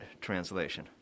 translation